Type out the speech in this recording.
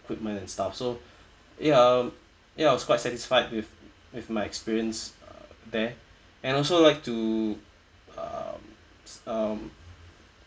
equipment and stuff so ya ya I was quite satisfied with with my experience there and also I'll like to uh um